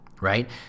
Right